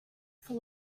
for